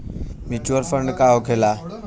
Mutual fund का होखेला?